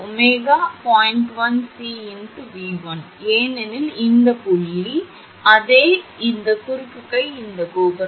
1𝐶 𝑉1 ஏனெனில் இந்த புள்ளி இந்த புள்ளி11அதே இது குறுக்கு கை இந்த கோபுரம்